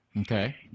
Okay